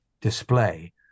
display